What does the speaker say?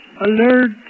Alert